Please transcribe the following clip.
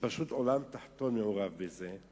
שפשוט עולם תחתון מעורב בזה,